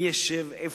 מי ישב איפה,